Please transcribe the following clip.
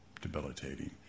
debilitating